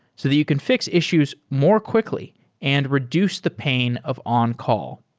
so that you can fix issues more quickly and reduce the pain of on-call.